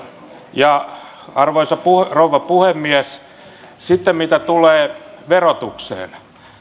arvoisa rouva puhemies sitten mitä tulee verotukseen